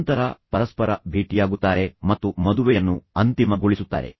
ನಂತರ ಅವರು ಪರಸ್ಪರ ಭೇಟಿಯಾಗುತ್ತಾರೆ ಮತ್ತು ನಂತರ ಅವರು ಮದುವೆಯನ್ನು ಅಂತಿಮ ಗೊಳಿಸುತ್ತಾರೆ